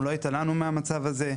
אנחנו לא התעלמנו מהמצב הזה.